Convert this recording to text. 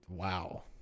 Wow